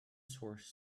source